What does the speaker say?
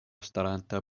staranta